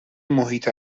محیط